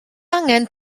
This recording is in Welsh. angen